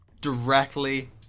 directly